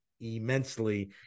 immensely